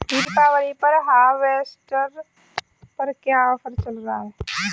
दीपावली पर हार्वेस्टर पर क्या ऑफर चल रहा है?